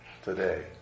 today